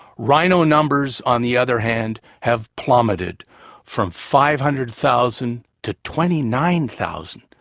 rhino numbers, on the other hand, have plummeted from five hundred thousand to twenty nine thousand,